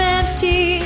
empty